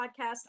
podcast